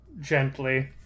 Gently